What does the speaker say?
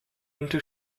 into